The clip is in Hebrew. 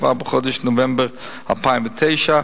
כבר בחודש נובמבר 2009,